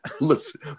listen